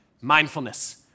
mindfulness